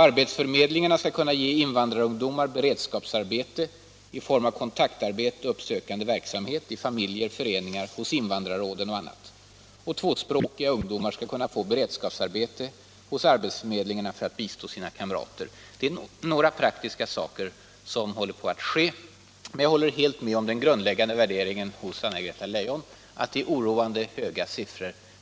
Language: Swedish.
Arbetsförmedlingarna skall kunna ge invandrarungdomar beredskapsarbete i form av kontaktarbete och uppsökande verksamhet i familjer, föreningar, hos invandrarråden och annat. Tvåspråkiga ungdomar skall kunna få arbete hos arbetsförmedlingarna för att bistå sina kamrater. Det är några praktiska saker som håller på att ske. Men jag instämmer helt i Anna-Greta Leijons grundläggande värdering att siffrorna är oroväckande höga.